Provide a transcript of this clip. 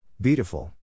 Beautiful